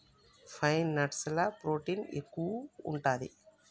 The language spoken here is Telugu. పైన్ నట్స్ ల ప్రోటీన్ ఎక్కువు ఉంటది